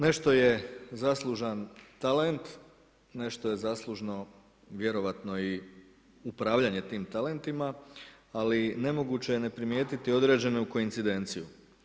Nešto je zaslužan talent, nešto je zaslužno vjerojatno upravljanje tim talentima, ali nemoguće je ne primijetiti određenu koincidenciju.